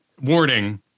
warning